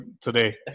today